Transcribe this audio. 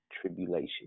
tribulation